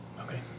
okay